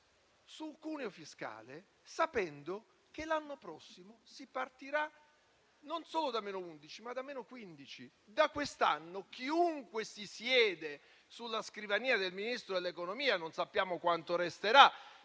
il cuneo fiscale, sapendo che l'anno prossimo si partirà non solo da -11 ma da -15. Da quest'anno, chiunque si sieda sulla scrivania del Ministro dell'economia - non sappiamo quanto resterà